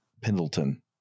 Pendleton